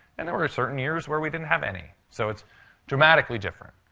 and there were certain years where we didn't have any. so it's dramatically different.